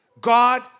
God